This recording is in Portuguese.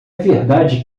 verdade